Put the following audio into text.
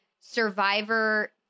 Survivor